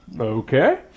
okay